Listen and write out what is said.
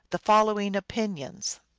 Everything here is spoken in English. the following opinions